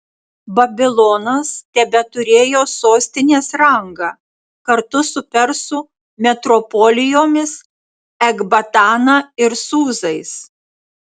babilonas tebeturėjo sostinės rangą kartu su persų metropolijomis ekbatana ir sūzais